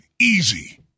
Easy